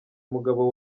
umugabo